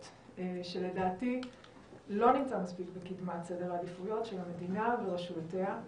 שלדעתי לא נמצא בקדמת סדר העדיפויות של המדינה ורשויותיה.